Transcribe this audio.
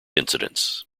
incidents